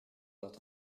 heures